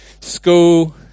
school